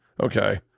okay